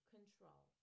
Control